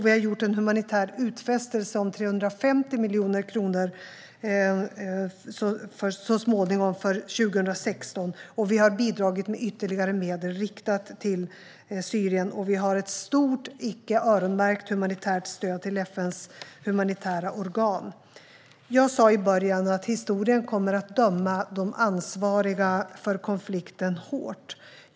Vi har gjort en humanitär utfästelse om - så småningom - 350 miljoner kronor för 2016. Vi har bidragit med ytterligare medel riktade till Syrien. Vi har också ett stort icke öronmärkt humanitärt stöd till FN:s humanitära organ. Jag sa i början att historien kommer att döma dem som är ansvariga för konflikten hårt.